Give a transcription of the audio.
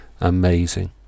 Amazing